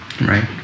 Right